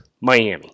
Miami